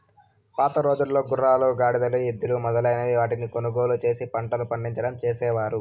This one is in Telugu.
పాతరోజుల్లో గుర్రాలు, గాడిదలు, ఎద్దులు మొదలైన వాటిని కొనుగోలు చేసి పంటలు పండించడం చేసేవారు